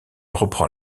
reprend